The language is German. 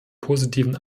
positiven